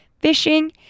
fishing